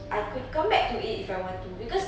I could come back to it if I want to because